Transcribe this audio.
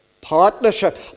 Partnership